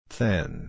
Thin